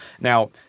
Now